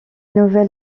nouvel